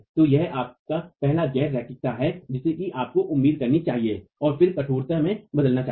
तोयह आपका पहला गैर रैखिकता है जिसे आपको उम्मीद करनी चाहिए और फिर कठोरता में बदलना चाहिए